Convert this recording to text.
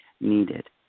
needed